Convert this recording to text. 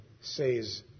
says